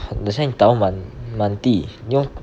等一下你倒满满地你用